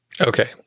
Okay